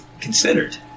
considered